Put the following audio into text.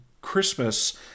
Christmas